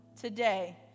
today